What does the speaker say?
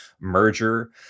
merger